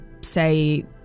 say